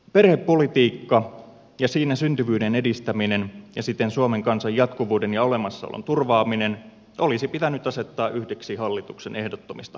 perhepolitiikka ja siinä syntyvyyden edistäminen ja siten suomen kansan jatkuvuuden ja olemassaolon turvaaminen olisi pitänyt asettaa yhdeksi hallituksen ehdottomista päätavoitteista